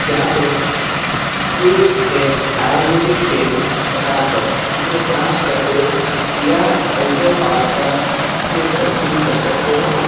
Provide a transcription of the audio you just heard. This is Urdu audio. کیا تم ٹرو ہیئر آیرویدک تیل ہٹا کر اسے پانچ ڈبے کییا ایلبو پاستا سے تبدیل کر سکتے ہو